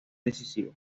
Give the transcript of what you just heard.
decisivos